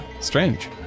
Strange